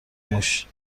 موش